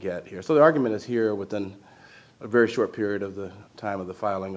get here so the argument is here within a very short period of the time of the filing